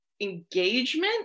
engagement